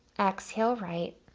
exhale right.